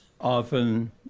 often